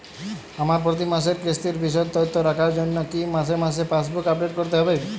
আমার প্রতি মাসের কিস্তির বিশদ তথ্য রাখার জন্য কি মাসে মাসে পাসবুক আপডেট করতে হবে?